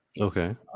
Okay